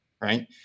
Right